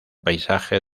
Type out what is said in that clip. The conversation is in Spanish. paisaje